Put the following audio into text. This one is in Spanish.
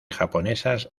japonesas